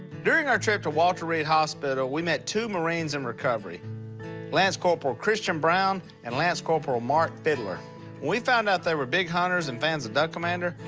during our trip to walter reed hospital, we met two marines in recovery lance corporal christian brown and lance corporal mark fidler. when we found out they were big hunters and fans of duck commander,